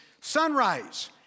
sunrise